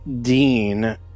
dean